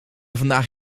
vandaag